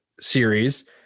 series